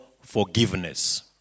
forgiveness